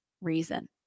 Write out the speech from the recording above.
reason